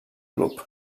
club